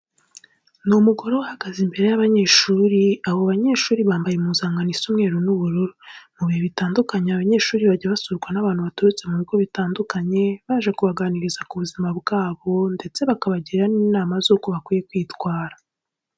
Ni umugore uhagaze imbere y'abanyeshuri, abo banyeshuri bambaye impuzankano isa umweru n'ubururu. Mu bihe bitandukanye abanyeshuri bajya basurwa n'abantu baturutse mu bigo bitandukanye, baje kubaganiriza ku buzima bwabo ndetse no bakabagira n'inama z'uko bakwiye kwitwara.